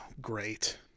Great